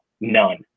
None